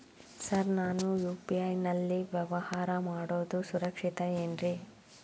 Sir ನಾನು UPI ನಲ್ಲಿ ವ್ಯವಹಾರ ಮಾಡೋದು ಸುರಕ್ಷಿತ ಏನ್ರಿ?